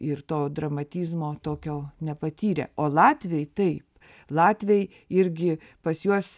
ir to dramatizmo tokio nepatyrė o latviai taip latviai irgi pas juos